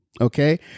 okay